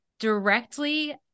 directly